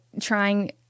trying